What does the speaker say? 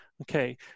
Okay